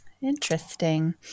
Interesting